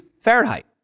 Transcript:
Fahrenheit